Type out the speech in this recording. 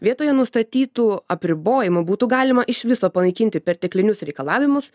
vietoje nustatytų apribojimų būtų galima iš viso panaikinti perteklinius reikalavimus